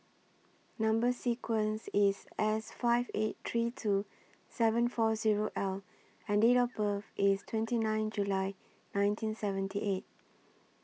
Number sequence IS S five eight three two seven four Zero L and Date of birth IS twenty nine July nineteen seventy eight